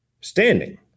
Standing